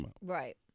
Right